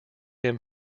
him